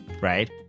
right